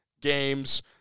games